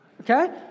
Okay